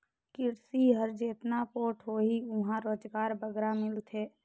किरसी हर जेतना पोठ होही उहां रोजगार बगरा मिलथे